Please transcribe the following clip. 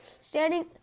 standing